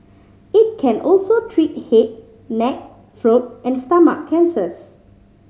it can also treat head neck throat and stomach cancers